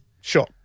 Sure